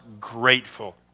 grateful